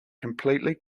completely